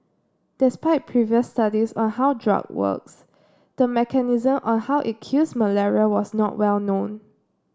despite previous studies on how drug works the mechanism on how it kills malaria was not well known